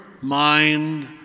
mind